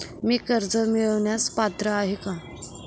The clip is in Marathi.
मी कर्ज मिळवण्यास पात्र आहे का?